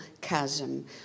chasm